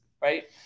Right